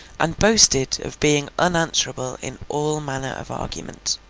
and boasted of being unanswerable in all manner of argument.